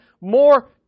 more